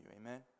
Amen